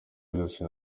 vyose